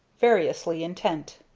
variously intent.